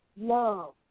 love